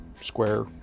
square